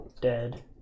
Dead